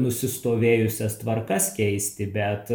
nusistovėjusias tvarkas keisti bet